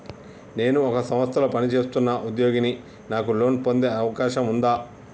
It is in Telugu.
నేను ఒక సంస్థలో పనిచేస్తున్న ఉద్యోగిని నాకు లోను పొందే అవకాశం ఉందా?